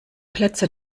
plätze